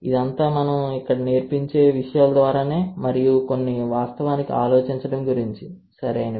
ఇదంతా మనం ఇక్కడ నేర్పించే విషయాల ద్వారానే మరియు కొన్ని వాస్తవానికి ఆలోచించడం గురించి సరియైనవి